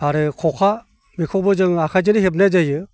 आरो ख'खा बेखौबो जोङो आखाइजोंनो हेबनाय जायो